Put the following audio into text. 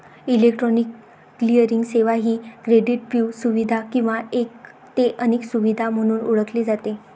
electronic clearing सेवा ही क्रेडिटपू सुविधा किंवा एक ते अनेक सुविधा म्हणून ओळखली जाते